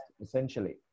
essentially